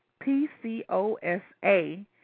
PCOSA